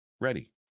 ready